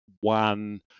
one